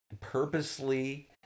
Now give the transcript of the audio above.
purposely